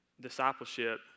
discipleship